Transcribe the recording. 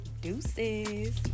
deuces